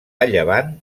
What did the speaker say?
llevant